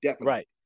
Right